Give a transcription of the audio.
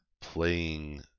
playing